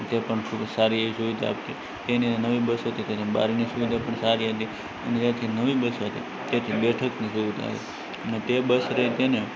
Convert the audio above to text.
તે પણ ખૂબ જ સારી એવી સુવિધા હતી તેને નવી બસ હતી તેની બારીની સુવિધા પણ સારી હતી અને આખી નવી બસ હતી તેથી બેઠકની સુવિધા અને તે બસ રહી તેને